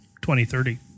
2030